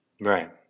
right